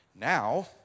Now